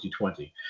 2020